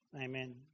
Amen